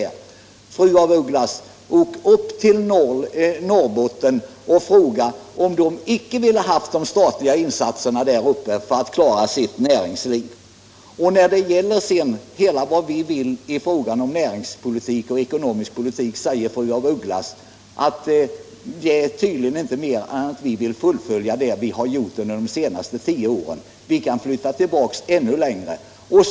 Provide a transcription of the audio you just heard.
Åk upp till Norrbotten, fru af Ugglas, och fråga om man där uppe inte hade velat ha de statliga insatser som gjorts för att klara näringslivet! Fru af Ugglas säger vidare att vi i fråga om näringspolitik och ekonomisk politik endast vill fullfölja det vi har gjort under de senaste tio åren, och då vill jag svara: Vi kan flytta tillbaka ännu längre i tiden!